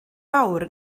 awr